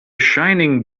shining